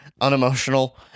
unemotional